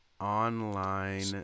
online